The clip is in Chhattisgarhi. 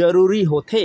जरूरी होथे